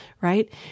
Right